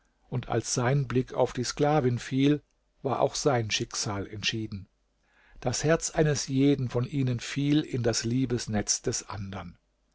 und als sein blick auf die sklavin fiel war auch sein schicksal entschieden das herz eines jeden von ihnen fiel in das liebesnetz des andern